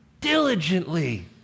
diligently